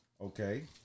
Okay